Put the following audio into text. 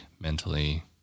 mentally